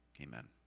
Amen